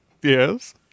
Yes